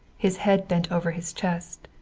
his head bent over his chest.